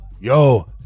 Yo